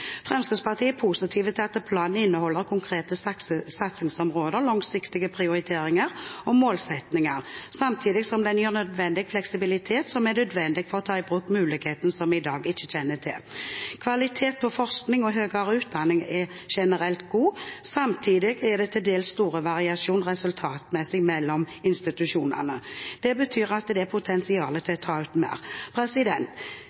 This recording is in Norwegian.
Fremskrittspartiet er positive til at planen inneholder konkrete satsingsområder, langsiktige prioriteringer og målsettinger, samtidig som den gir den fleksibilitet som er nødvendig for å ta i bruk muligheter som vi i dag ikke kjenner til. Kvaliteten på forskning og høyere utdanning er generelt god. Samtidig er det til dels stor variasjon resultatmessig mellom institusjonene. Det betyr at det er potensial til å ta ut mer.